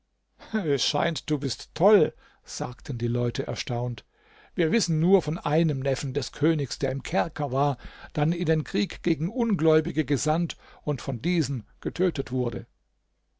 es scheint du bist toll sagten die leute erstaunt wir wissen nur von einem neffen des königs der im kerker war dann in den krieg gegen ungläubige gesandt und von diesen getötet wurde